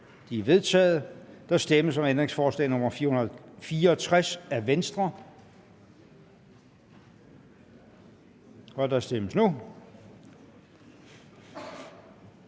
De er vedtaget. Der stemmes om ændringsforslag nr. 459 af Venstre, og der kan stemmes nu.